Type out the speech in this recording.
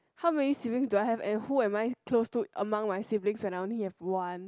how many siblings do I have and how am I close to among my siblings when I'm only have one